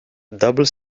double